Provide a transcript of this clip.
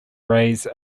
raise